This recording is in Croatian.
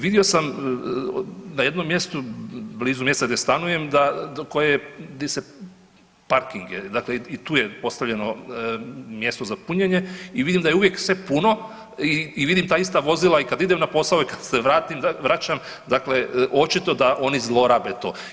Vidio sam na jednom mjestu blizu mjesta gdje stanujem da, koje, di se, parking je, dakle i tu je postavljeno mjesto za punjenje i vidim da je uvijek sve puno i vidim ta ista vozila i kad idem na posao i kad se vratim, vraćam, dakle očito da oni zlorabe to.